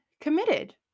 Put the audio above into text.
committed